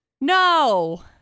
No